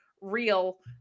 real